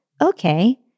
Okay